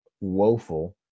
woeful